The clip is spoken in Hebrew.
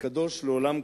קדוש לעולם קיים.